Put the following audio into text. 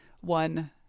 one